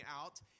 out